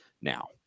now